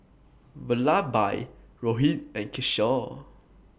Vallabhbhai Rohit and Kishore